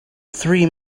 three